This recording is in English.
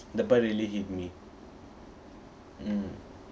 that part really hit me mm